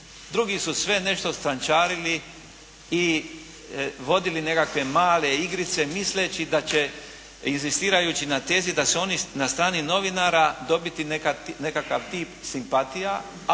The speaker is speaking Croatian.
Drugi su sve nešto strančarili i vodili nekakve male igrice misleći da će inzistirajući na tezi da su oni na strani novinara dobiti nekakav tip simpatija.